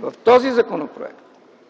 в този законопроект